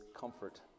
comfort